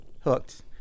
hooked